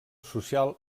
social